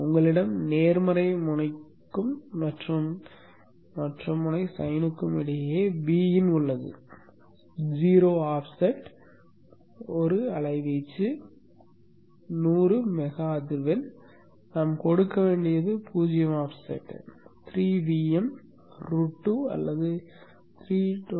உங்களிடம் நேர்மறை முனைக்கும் மற்ற முனை சைனுக்கும் இடையே Vin உள்ளது 0 ஆஃப்செட் 1 அலைவீச்சு 100 மெகா அதிர்வெண் நாம் கொடுக்க வேண்டியது 0 ஆஃப்செட் 3 Vm ரூட் 2 அல்லது 325